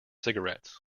cigarettes